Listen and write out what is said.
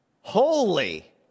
holy